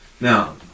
Now